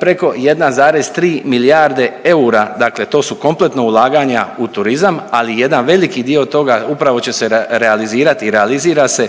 preko 1,3 milijarde eura, dakle to su kompletno ulaganja u turizam, ali jedan veliki dio toga upravo će se realizirati i realizira se